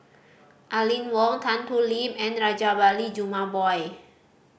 Aline Wong Tan Thoon Lip and Rajabali Jumabhoy